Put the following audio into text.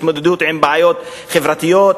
התמודדות עם בעיות חברתיות,